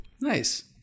Nice